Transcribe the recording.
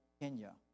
Kenya